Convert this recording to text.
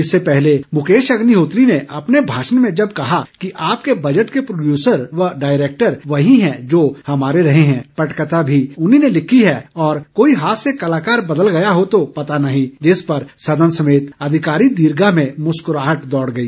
इससे पहले मुकेश अग्निहोत्री ने अपने भाषण में जब कहा कि आपके बजट के प्रोडयूसर व डायरेक्टर वही हैं जो हमारे रहे हैं और पटकथा भी उन्ही ने लिखी है और कोई हास्य कलाकार बदल गया हो तो पता नही जिस पर सदन समेत अधिकारी दीर्घा में मुस्कुराहट दौड़ गई